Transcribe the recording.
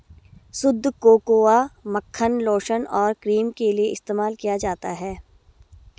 शुद्ध कोकोआ मक्खन लोशन और क्रीम के लिए इस्तेमाल किया जाता है